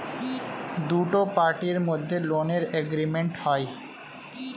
দুটো পার্টির মধ্যে লোনের এগ্রিমেন্ট হয়